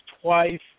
twice